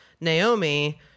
Naomi